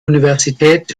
universität